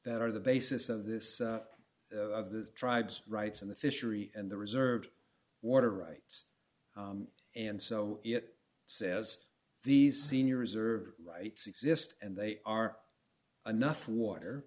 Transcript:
that are the basis of this of the tribes rights and the fishery and the reserved water rights and so it says these senior reserve rights exist and they are enough water